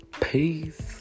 Peace